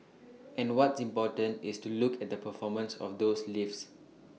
and what's important is to look at the performance of those lifts